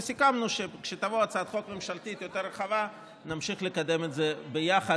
וסיכמנו שכשתבוא הצעת חוק ממשלתית יותר רחבה נמשיך לקדם את זה ביחד.